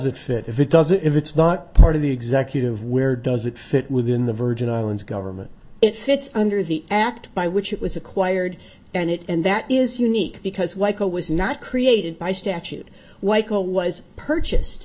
it fit if it does it if it's not part of the executive where does it fit within the virgin islands government it fits under the act by which it was acquired and it and that is unique because weikel was not created by statute weikel was purchased